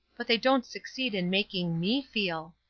but they don't succeed in making me feel.